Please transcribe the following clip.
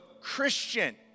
Christian